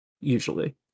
usually